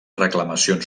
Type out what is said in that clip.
reclamacions